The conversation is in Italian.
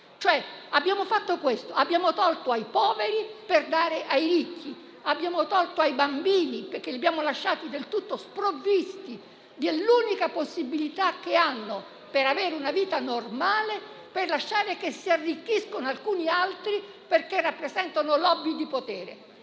fiscale del 5 per cento. Abbiamo tolto ai poveri per dare ai ricchi; abbiamo tolto ai bambini perché li abbiamo lasciati del tutto sprovvisti dell'unica possibilità che hanno di avere una vita normale, per lasciare che si arricchiscano alcuni altri perché rappresentano *lobby* di potere.